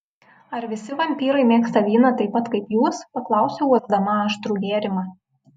ar visi vampyrai mėgsta vyną taip pat kaip jūs paklausiau uosdama aštrų gėrimą